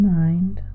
mind